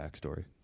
backstory